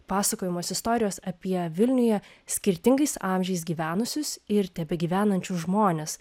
pasakojamos istorijos apie vilniuje skirtingais amžiais gyvenusius ir tebegyvenančius žmones